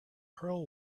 pearl